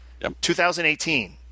2018